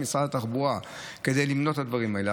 משרד התחבורה כדי למנוע את הדברים האלה.